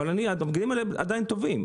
אבל הבגדים האלה עדיין טובים,